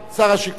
שר השיכון.